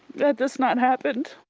this not happened.